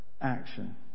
action